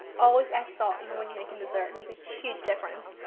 always add salt, even when making dessert, it makes a huge difference.